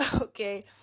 Okay